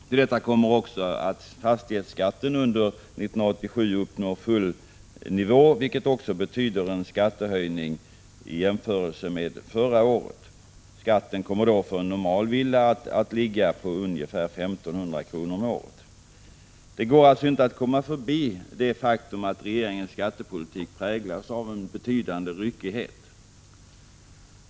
Till detta kommer att fastighetsskatten under 1987 uppnår full nivå, vilket också betyder en skattehöjning i jämförelse med förra året. Skatten för en normal villa kommer att ligga på ungefär 1 500 kr. om året. Det går alltså inte att komma förbi det faktum att regeringens skattepolitik präglas av en betydande ryckighet.